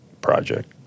project